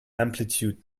amplitude